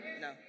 No